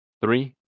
Three